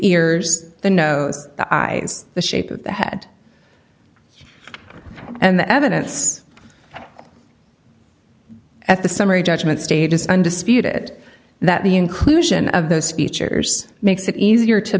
ears the nose the eyes the shape of the head and the evidence at the summary judgment status undisputed that the inclusion of the speechwriters makes it easier to